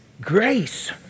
Grace